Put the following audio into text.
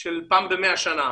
של פעם ב-100 שנה,